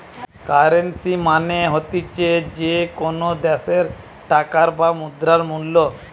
currency মানে হতিছে যে কোনো দ্যাশের টাকার বা মুদ্রার মূল্য